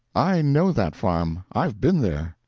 i know that farm, i've been there.